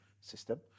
system